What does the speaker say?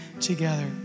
together